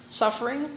suffering